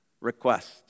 request